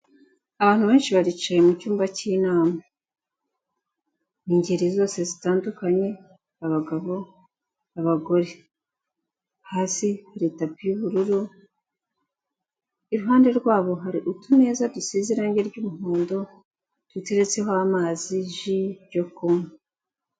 Abantu benshi baricaye mu cyumba cy'inama, ingeri zose zitandukanye, abagabo, abagore, hasi hari tapi y'ubururu, iruhande rwabo hari utumeza dusize irangi ry'umuhondo, duteretseho amazi, ji yo kunywa.